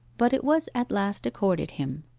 but it was at last accorded him.